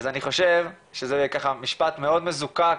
אז אני חושב שזה ככה משפט מאוד מזוקק,